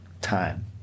time